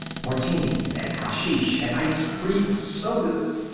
martinis and hashish and ice cream sodas!